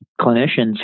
clinicians